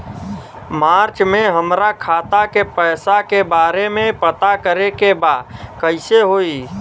मार्च में हमरा खाता के पैसा के बारे में पता करे के बा कइसे होई?